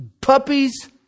puppies